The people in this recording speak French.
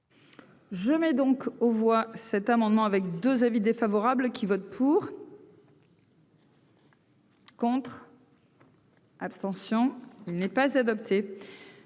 Je mets donc aux voix cet amendement avec 2 avis défavorables qui vote pour. Compte. Abstention : il n'est pas adopté,